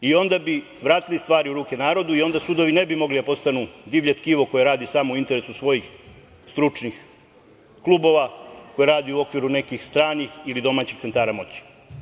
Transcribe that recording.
I onda bismo vratili stvari u ruke narodu i onda sudovi ne bi mogli da postanu divlje tkivo koje radi samo u interesu svojih stručnih klubova, koje radi u okviru nekih stranih ili domaćih centara moći.